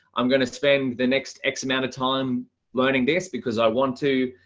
i'm going to spend the next x amount of time learning this because i want to,